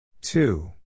Two